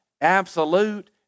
absolute